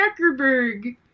Zuckerberg